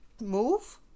Move